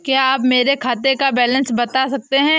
क्या आप मेरे खाते का बैलेंस बता सकते हैं?